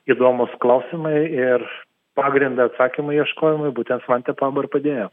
įdomūs klausimai ir pagrindą atsakymų ieškojimui būtent svantė pabo ir padėjo